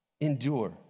endure